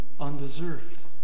undeserved